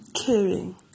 Caring